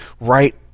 right